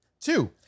two